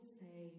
say